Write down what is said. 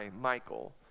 Michael